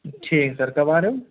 ठीक है सर कब आ रहे हो